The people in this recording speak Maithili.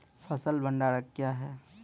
फसल भंडारण क्या हैं?